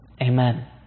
Amen